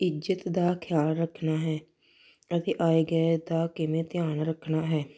ਇੱਜਤ ਦਾ ਖਿਆਲ ਰੱਖਣਾ ਹੈ ਅਤੇ ਆਏ ਗਏ ਦਾ ਕਿਵੇਂ ਧਿਆਨ ਰੱਖਣਾ ਹੈ